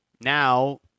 now